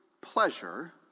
pleasure